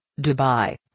Dubai